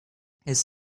his